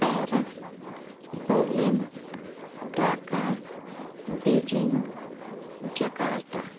Paris Berlin Dhaka Beijing Jakarta